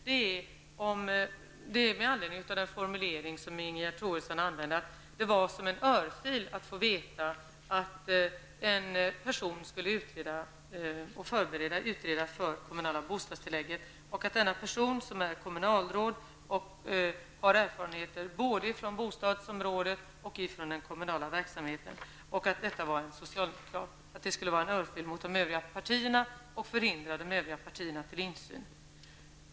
Ingegerd Troedsson använder sig av formuleringen att det var som en ''örfil'' att få veta att en person skulle utreda och förbereda för det kommunala bostadstillägget. Denna person, som är ett socialdemokratiskt kommunalråd har erfarenheter från både bostadsområdet och den kommunala verksamheten. Detta skulle vara en ''örfil'' för de övriga partierna och förhindra dem till insyn.